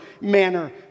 manner